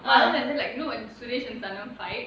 other than that like you know when suresh and sanam fight